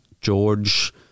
George